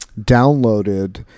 downloaded